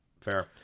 fair